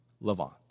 Levant